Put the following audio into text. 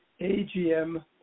AGM